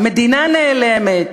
המדינה נעלמת.